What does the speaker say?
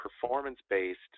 performance-based